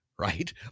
right